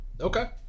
Okay